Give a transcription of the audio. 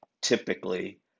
typically